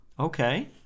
Okay